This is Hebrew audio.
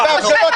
אתה חושב,